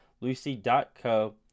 lucy.co